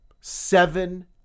Seven